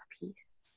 peace